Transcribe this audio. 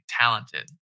talented